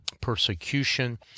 Persecution